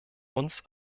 uns